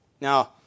Now